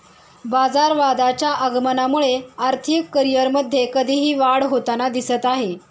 बाजारवादाच्या आगमनामुळे आर्थिक करिअरमध्ये कधीही वाढ होताना दिसत आहे